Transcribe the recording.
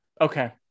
okay